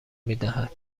میدهد